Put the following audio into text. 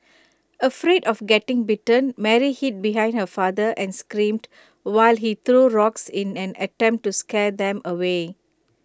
afraid of getting bitten Mary hid behind her father and screamed while he threw rocks in an attempt to scare them away